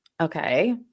Okay